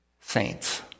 saints